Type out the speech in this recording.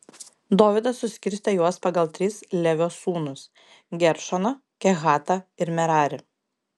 dovydas suskirstė juos pagal tris levio sūnus geršoną kehatą ir merarį